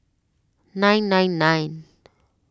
nine nine nine